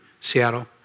Seattle